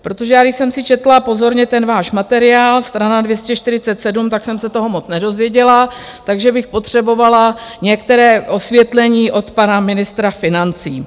Protože já když jsem si četla pozorně ten váš materiál, strana 247, tak jsem se toho moc nedozvěděla, takže bych potřebovala některé osvětlení od pana ministra financí.